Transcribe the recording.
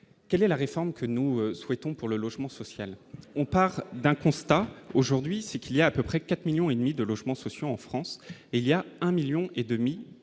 quelle est la réforme que nous souhaitons pour le logement social. On part d'un constat aujourd'hui, c'est qu'il y a à peu près 4 millions et demi de logements sociaux en France et il y a un 1000000 et demi de nos